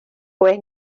pues